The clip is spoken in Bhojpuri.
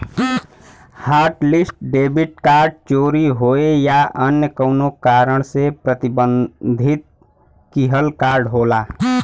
हॉटलिस्ट डेबिट कार्ड चोरी होये या अन्य कउनो कारण से प्रतिबंधित किहल कार्ड होला